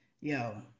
yo